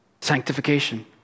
Sanctification